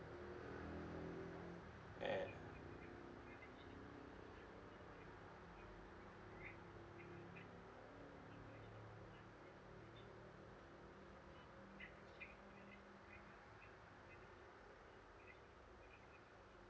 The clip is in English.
and